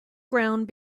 ground